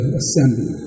assembly